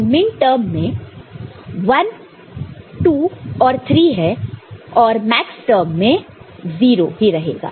तो मिनटर्म मैं 113 है तो मैक्सटर्म में 0 ही रहेगा